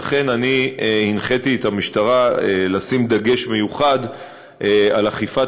הנחיתי את המשטרה לשים דגש מיוחד על אכיפה